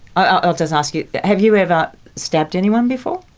i'll just ask you, have you ever stabbed anyone before?